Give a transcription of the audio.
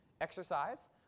exercise